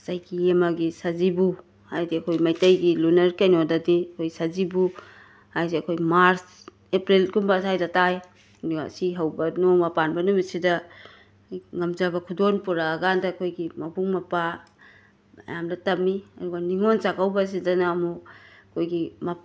ꯆꯍꯤ ꯑꯃꯒꯤ ꯁꯖꯤꯕꯨ ꯍꯥꯏꯗꯤ ꯑꯈꯣꯏ ꯃꯩꯇꯩꯒꯤ ꯂꯨꯅꯔ ꯀꯩꯅꯣꯗꯗꯤ ꯑꯩꯈꯣꯏ ꯁꯖꯤꯕꯨ ꯍꯥꯏꯁꯦ ꯑꯩꯈꯣꯏ ꯃꯥꯔꯁ ꯑꯦꯄ꯭ꯔꯤꯜꯒꯨꯝꯕ ꯑꯁ꯭ꯋꯥꯏꯗ ꯇꯥꯏ ꯑꯁꯤ ꯍꯧꯕ ꯅꯣꯡꯃ ꯄꯥꯟꯕ ꯅꯨꯃꯤꯠꯁꯤꯗ ꯉꯝꯖꯕ ꯈꯨꯗꯣꯟ ꯄꯨꯔꯛꯑꯀꯥꯟꯗ ꯑꯩꯈꯣꯏꯒꯤ ꯃꯕꯨꯡ ꯃꯧꯄ꯭ꯋꯥ ꯃꯌꯥꯝꯗ ꯇꯝꯃꯤ ꯑꯗꯨꯒ ꯅꯤꯉꯣꯟ ꯆꯥꯛꯀꯧꯕꯁꯤꯗꯅ ꯑꯃꯨꯛ ꯑꯩꯈꯣꯏꯒꯤ ꯃꯞ